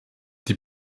die